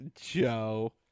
Joe